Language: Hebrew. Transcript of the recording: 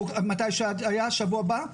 או עד מתי שהיה שבוע הבא.